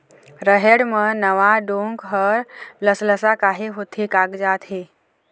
रहेड़ म नावा डोंक हर लसलसा काहे होथे कागजात हे?